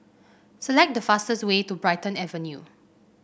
select the fastest way to Brighton Avenue